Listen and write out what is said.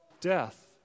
death